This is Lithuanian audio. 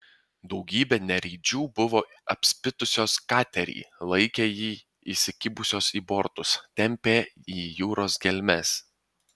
daugybė nereidžių buvo apspitusios katerį laikė jį įsikibusios į bortus tempė į jūros gelmes